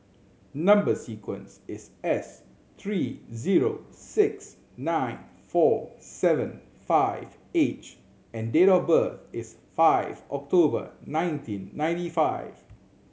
number sequence is S three zero six nine four seven five H and date of birth is five October nineteen ninety nine